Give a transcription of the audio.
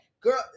girl